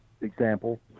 example